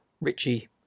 Richie